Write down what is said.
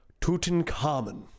Tutankhamun